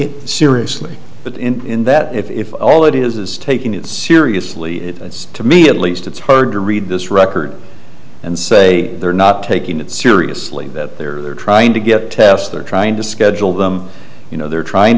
it seriously but in that if all it is is taking it seriously it's to me at least it's hard to read this record and say they're not taking it seriously that there are trying to get tests they're trying to schedule them you know they're trying